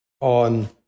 on